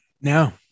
no